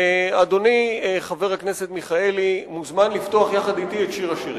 אדוני חבר הכנסת מיכאלי מוזמן לפתוח יחד אתי את שיר השירים.